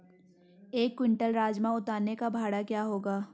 एक क्विंटल राजमा उतारने का भाड़ा क्या होगा?